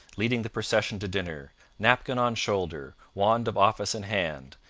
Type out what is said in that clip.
leading the procession to dinner napkin on shoulder, wand of office in hand,